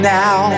now